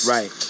Right